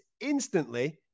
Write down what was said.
instantly